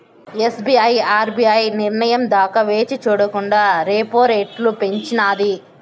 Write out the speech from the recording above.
SBI RBI నిర్నయం దాకా వేచిచూడకండా రెపో రెట్లు పెంచినాది